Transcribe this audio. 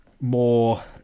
more